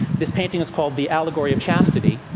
this painting is called the allegory of chastity,